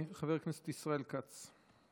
חבר הכנסת ישראל כץ.